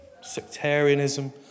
sectarianism